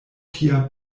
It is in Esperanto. tia